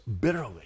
bitterly